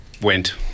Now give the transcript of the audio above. went